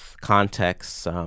contexts